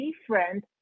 different